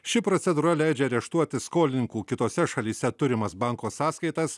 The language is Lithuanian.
ši procedūra leidžia areštuoti skolininkų kitose šalyse turimas banko sąskaitas